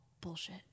bullshit